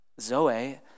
Zoe